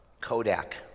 Kodak